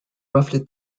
roughly